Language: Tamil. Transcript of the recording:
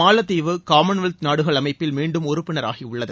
மாலத்தீவு காமன்வெல்த் நாடுகள் அமைப்பில் மீண்டும் உறுப்பினராகியுள்ளது